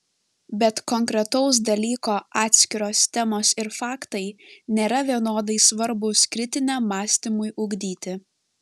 bet konkretaus dalyko atskiros temos ir faktai nėra vienodai svarbūs kritiniam mąstymui ugdyti